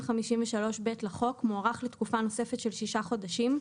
253(ב) לחוק מוארך לתקופה נוספת של שישה חודשים,